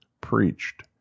preached